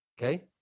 Okay